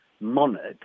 monarch